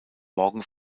morgen